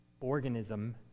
organism